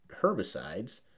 herbicides